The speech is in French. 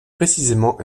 précisément